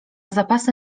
zapasy